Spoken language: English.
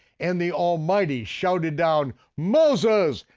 and the almighty shouted down, moses,